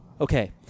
Okay